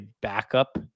backup